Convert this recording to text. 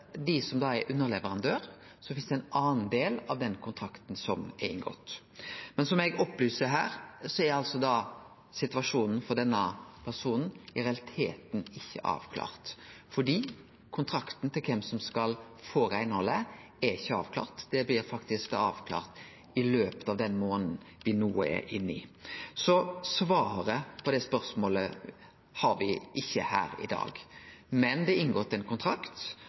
ein annan del av den kontrakten som er inngått. Men som eg opplyser her, er altså situasjonen for denne personen i realiteten ikkje avklart fordi kontrakten om kven som skal få reinhaldet, ikkje er avklart. Dette blir faktisk avklart i løpet av den månaden me no er inne i. Så svaret på det spørsmålet har me ikkje her i dag, men det er inngått ein kontrakt,